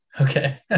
Okay